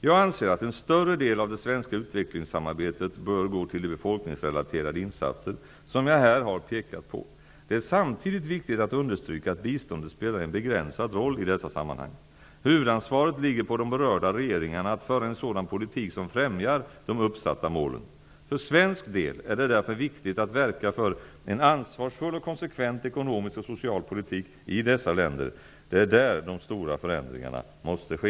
Jag anser att en större del av det svenska utvecklingssamarbetet bör gå till de befolkningsrelaterade insatser som jag här har pekat på. Det är samtidigt viktigt att understryka att biståndet spelar en begränsad roll i dessa sammanhang. Huvudansvaret ligger på de berörda regeringarna, att föra en sådan politik som främjar de uppsatta målen. För svensk del är det därför viktigt att verka för en ansvarsfull och konsekvent ekonomisk och social politik i dessa länder. Det är där de stora förändringarna måste ske.